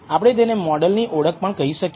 આપણે તેને મોડલની ઓળખ પણ કહી શકીએ